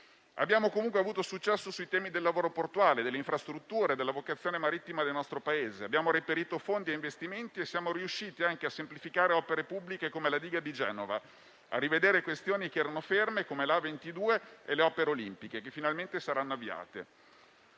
Abbiamo comunque avuto successo sui temi del lavoro portuale, delle infrastrutture, della vocazione marittima del nostro Paese. Abbiamo reperito fondi e investimenti e siamo riusciti anche a semplificare opere pubbliche, come la diga di Genova, a rivedere questioni che erano ferme, come la autostrada A22 e le opere olimpiche, che finalmente saranno avviate.